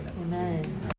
Amen